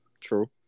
true